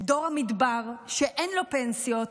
המדבר שאין לו פנסיות,